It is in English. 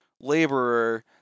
laborer